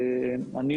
תקופה?